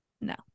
No